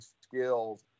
skills